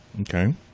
Okay